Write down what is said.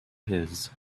his